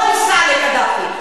אני לא אסע לקדאפי.